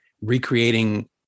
recreating